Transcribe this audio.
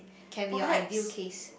can be your ideal case